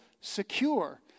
secure